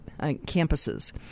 campuses